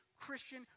Christian